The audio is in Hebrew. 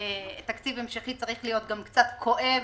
שתקציב המשכי צריך להיות גם קצת כואב,